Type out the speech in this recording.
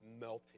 melting